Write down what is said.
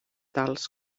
tals